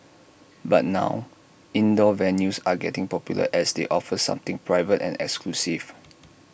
but now indoor venues are getting popular as they offer something private and exclusive